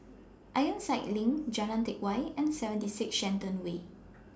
Ironside LINK Jalan Teck Whye and seventy six Shenton Way